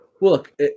Look